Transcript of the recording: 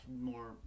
more